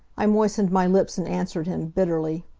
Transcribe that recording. i moistened my lips and answered him, bitterly.